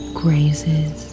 grazes